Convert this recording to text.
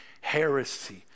heresy